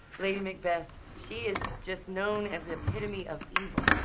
lady macbeth, she is just known as the epitome of evil.